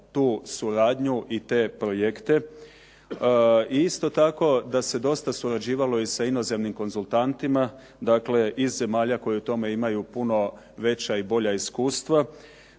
tu suradnju i te projekte i isto tako, da se dosta surađivalo i sa inozemnim konzultantima iz zemalja koje u tome imaju puno veća i bolja iskustva.